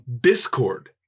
Discord